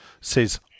says